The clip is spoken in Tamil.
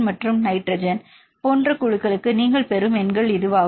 02 மற்றும் நைட்ரஜன் போன்ற 5 குழுக்களுக்கு நீங்கள் பெறும் எண்கள் இதுவாகும்